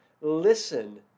listen